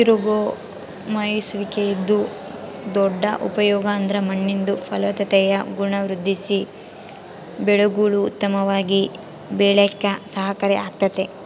ತಿರುಗೋ ಮೇಯ್ಸುವಿಕೆದು ದೊಡ್ಡ ಉಪಯೋಗ ಅಂದ್ರ ಮಣ್ಣಿಂದು ಫಲವತ್ತತೆಯ ಗುಣ ವೃದ್ಧಿಸಿ ಬೆಳೆಗುಳು ಉತ್ತಮವಾಗಿ ಬೆಳ್ಯೇಕ ಸಹಕಾರಿ ಆಗ್ತತೆ